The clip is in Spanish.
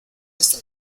hasta